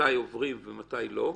מתי עוברים ומתי לא,